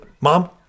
mom